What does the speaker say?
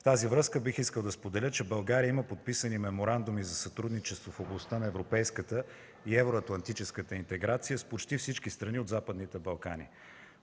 В тази връзка бих искал да споделя, че България има подписани меморандуми за сътрудничество в областта на европейската и евроатлантическата интеграция с почти всички страни от Западните Балкани.